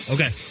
Okay